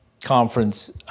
conference